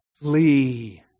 Flee